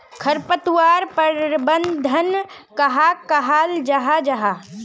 खरपतवार प्रबंधन कहाक कहाल जाहा जाहा?